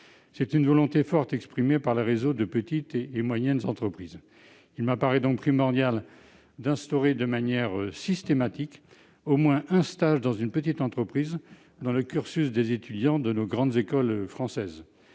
C'est une volonté forte exprimée par les réseaux de petites et moyennes entreprises. Il me semble donc primordial d'instaurer, de manière systématique, au moins un stage dans une petite entreprise dans le cursus des étudiants de nos grandes écoles françaises.